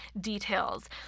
details